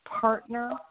partner